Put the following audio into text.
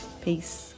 peace